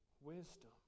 wisdom